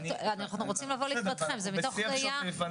אנחנו נדבר גם עם משרד הבריאות ונחשוב על הסעיף הזה,